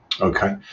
Okay